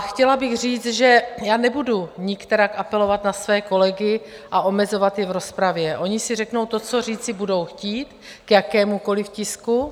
Chtěla bych říct, že nebudu nikterak apelovat na své kolegy a omezovat je v rozpravě, oni si řeknou to, co budou chtít říci, k jakémukoli tisku.